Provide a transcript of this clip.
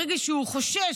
ברגע שהוא חושש,